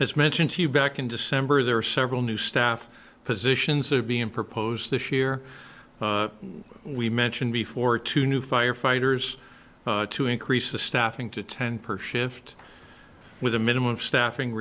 as mentioned to you back in december there are several new staff positions that are being proposed this year we mentioned before to new firefighters to increase the staffing to ten per shift with a minimum of staffing